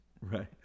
Right